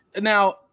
Now